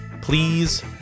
please